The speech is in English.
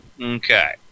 Okay